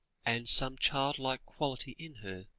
and some child-like quality in her,